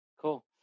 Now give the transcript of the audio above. Cool